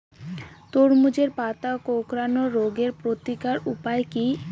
তরমুজের পাতা কোঁকড়ানো রোগের প্রতিকারের উপায় কী?